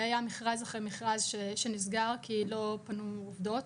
היה מכרז אחרי מכרז שנסגר כי לא פנו עובדות.